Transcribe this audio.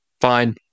Fine